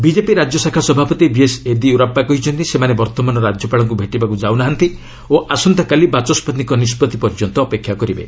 BJP ରାଜ୍ୟଶାଖା ସଭାପତି B S Yediyurappa କହିଛନ୍ତି ସେମାନେ ବର୍ତ୍ତମାନ ରାଜ୍ୟପାଳଙ୍କ ଭେଟିବାକ୍ ଯାଉ ନାହାନ୍ତି ଓ ଆସନ୍ତାକାଲି ବାଚସ୍ୱତିଙ୍କ ନିଷ୍କଭି ପର୍ଯ୍ୟନ୍ତ ଅପେକ୍ଷା କରିବେ